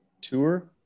Tour